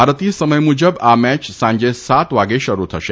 ભારતીય સમથ મુજબ આ મેય સાંજે સાત વાગે શરૂ થશે